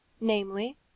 Namely